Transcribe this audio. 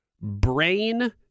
Brain